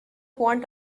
want